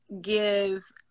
give